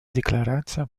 декларация